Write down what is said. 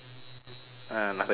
uh nothing your turn